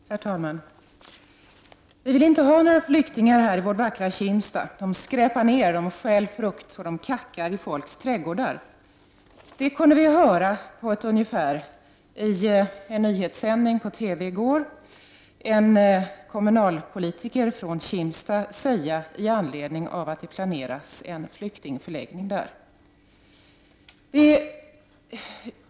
Herr talman! Vi vill inte ha några flyktingar här i vårt vackra Kimstad! De skräpar ned, de stjäl frukt och de kackar i folks trädgårdar. Ja, ungefär så lät det i en nyhetssändning i TV i går när en kommunalpolitiker från Kimstad uttalade sig med anledning av att man planerar att ha en flyktingförläggning där.